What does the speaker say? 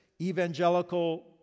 evangelical